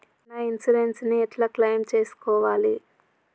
నా ఇన్సూరెన్స్ ని ఎట్ల క్లెయిమ్ చేస్కోవాలి?